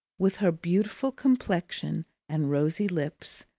with her beautiful complexion and rosy lips,